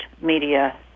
media